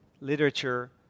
literature